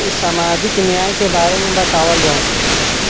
सामाजिक न्याय के बारे में बतावल जाव?